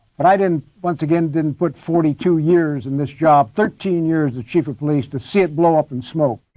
but i didn't, once again, didn't put forty two years and job, thirteen years as chief of police, to see it blow up in smoke.